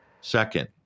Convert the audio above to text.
Second